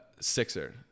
sixer